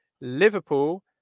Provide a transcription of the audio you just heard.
Liverpool